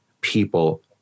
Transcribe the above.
people